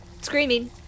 screaming